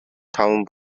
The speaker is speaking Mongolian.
таван